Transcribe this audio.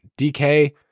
DK